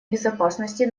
безопасности